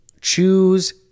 choose